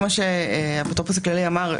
כמו שהאפוטרופוס הכללי אמר,